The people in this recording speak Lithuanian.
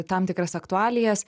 tam tikras aktualijas